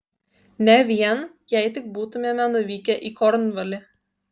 ne vien jei tik būtumėme nuvykę į kornvalį